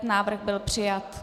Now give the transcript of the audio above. Návrh byl přijat.